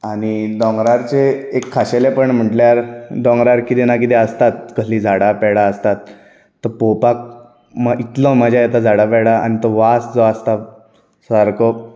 आनी दोंगराचें एक खाशेलेंपण म्हटल्यार दोंरार कितें ना कितें आसताच कसलीं झाडां पेडां आसताच तें पळोवपाक इतलो मजा येता झाडां पेडां आनी तो वास जो आसता तो सारको